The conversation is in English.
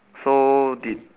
so did